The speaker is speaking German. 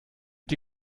die